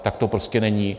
Tak to prostě není.